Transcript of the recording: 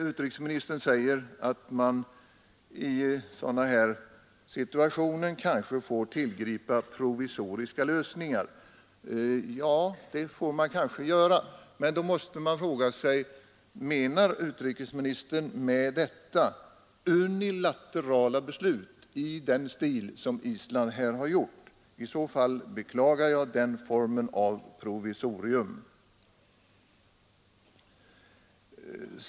Utrikesministern säger att man i sådana här situationer kanske får tillgripa provisoriska lösningar. Ja, det får man måhända göra, men då måste jag fråga: Menar utrikesministern med detta unilaterala beslut i stil med det som Island här har fattat? I så fall beklagar jag att man använder den formen av provisorium.